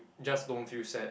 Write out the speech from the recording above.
just don't feel sad